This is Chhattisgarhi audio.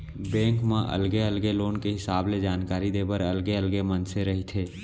बेंक म अलगे अलगे लोन के हिसाब ले जानकारी देय बर अलगे अलगे मनसे रहिथे